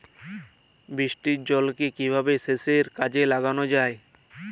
বৃষ্টির জলকে কিভাবে সেচের কাজে লাগানো য়ায়?